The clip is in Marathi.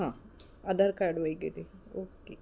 हां आधार कार्ड वगैरे ओके